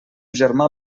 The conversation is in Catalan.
germà